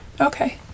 Okay